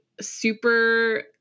super